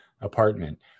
apartment